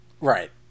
Right